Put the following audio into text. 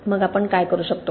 मग आपण काय करू शकतो